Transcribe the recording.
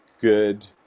good